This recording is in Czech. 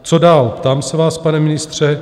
Co dál, ptám se vás, pane ministře?